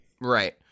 Right